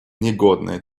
негодная